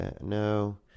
No